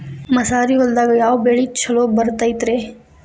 ಮಸಾರಿ ಹೊಲದಾಗ ಯಾವ ಬೆಳಿ ಛಲೋ ಬರತೈತ್ರೇ?